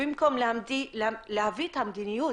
במקום להביא את המדיניות